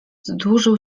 dłużył